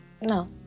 no